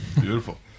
Beautiful